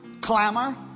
clamor